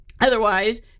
Otherwise